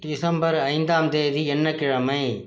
December ஐந்தாந்தேதி என்ன கிழமை